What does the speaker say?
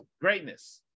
greatness